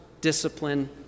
discipline